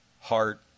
heart